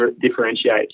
differentiate